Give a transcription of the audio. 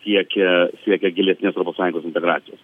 siekia siekia gilesnės europos sąjungos integracijos